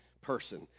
person